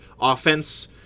offense